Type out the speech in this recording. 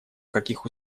каких